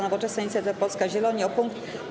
Nowoczesna, Inicjatywa Polska, Zieloni o punkt: